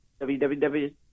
Www